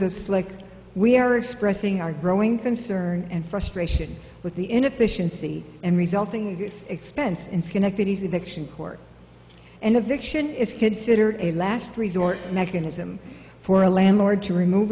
of slick we are expressing our growing concern and frustration with the inefficiency and resulting expense in schenectady the action court and a vixen it's considered a last resort mechanism for a landlord to remove